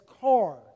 car